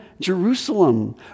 Jerusalem